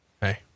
Hey